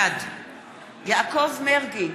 בעד יעקב מרגי,